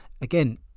Again